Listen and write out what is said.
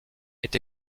est